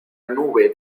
nube